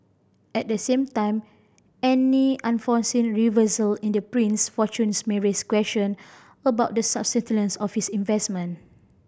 at the same time any unforeseen reversal in the prince fortunes may raise question about the of his investment